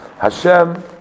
Hashem